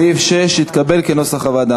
סעיף 6 התקבל כנוסח הוועדה.